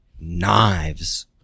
knives